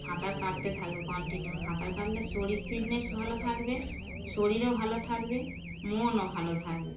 সাঁতার কাটতে থাকবে কন্টিনিউ সাঁতার কাটলে শরীর ফিটনেস ভালো থাকবে শরীরও ভালো থাকবে মনও ভালো থাকবে